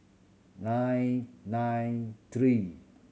nine nine three